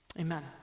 Amen